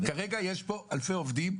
כרגע יש פה אלפי עובדים,